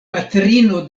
patrino